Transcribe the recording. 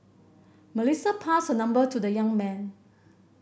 Melissa passed her number to the young man